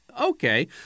Okay